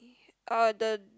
uh the